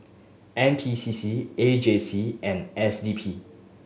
N P C C A J C and S D P